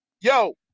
yo